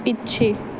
ਪਿੱਛੇ